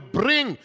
bring